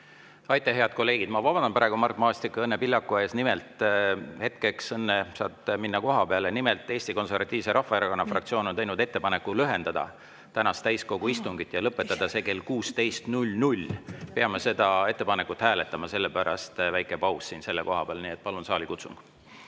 Aitäh! Head kolleegid, ma vabandan praegu Mart Maastiku ja Õnne Pillaku ees. Hetkeks, Õnne, saad minna koha peale. Nimelt, Eesti Konservatiivse Rahvaerakonna fraktsioon on teinud ettepaneku lühendada tänast täiskogu istungit ja lõpetada see kell 16. Peame seda ettepanekut hääletama. Sellepärast väike paus siin selle koha peal. Nii et palun, saalikutsung! Head